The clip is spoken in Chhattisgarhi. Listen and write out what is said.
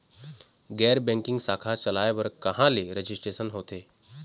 गैर बैंकिंग शाखा चलाए बर कहां ले रजिस्ट्रेशन होथे?